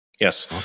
Yes